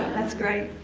that's great.